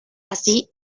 así